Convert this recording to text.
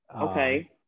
Okay